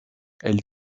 elle